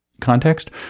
context